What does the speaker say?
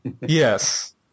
Yes